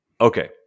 Okay